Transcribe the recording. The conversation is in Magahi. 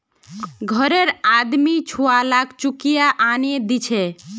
घररे आदमी छुवालाक चुकिया आनेय दीछे